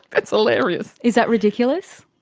that's hilarious! is that ridiculous?